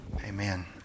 Amen